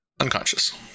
Unconscious